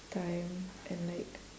time and like